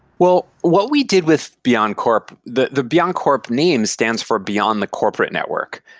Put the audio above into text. well, what we did with beyondcorp the the beyondcorpe name stands for beyond the corporate network.